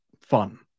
fun